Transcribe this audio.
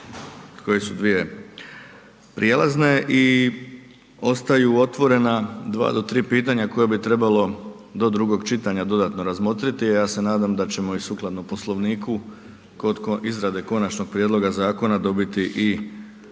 kojih su dvije prijelazne i ostaju otvorena 2 do 3 pitanja koja bi trebalo do drugog čitanja dodatno razmotriti, ja se nadam da ćemo i sukladno Poslovniku kod izrade konačnog prijedloga zakona dobiti i